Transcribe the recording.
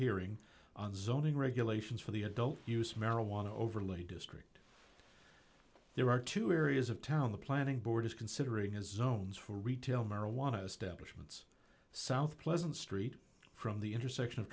zoning regulations for the adult use marijuana overlay district there are two areas of town the planning board is considering his own retail marijuana establishment south pleasant street from the intersection of